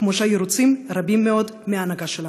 כמו שהיו רוצים מאוד בהנהגה שלנו.